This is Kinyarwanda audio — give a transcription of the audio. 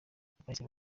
bahise